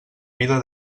vida